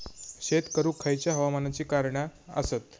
शेत करुक खयच्या हवामानाची कारणा आसत?